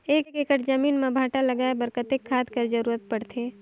एक एकड़ जमीन म भांटा लगाय बर कतेक खाद कर जरूरत पड़थे?